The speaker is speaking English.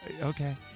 okay